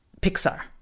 Pixar